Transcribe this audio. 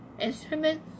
instruments